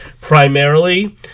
Primarily